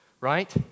right